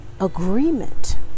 agreement